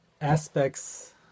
aspects